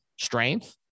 strength